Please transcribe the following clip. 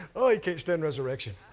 oh, he can't stand resurrection.